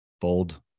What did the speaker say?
bold